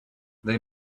they